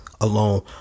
alone